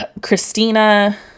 Christina